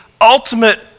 ultimate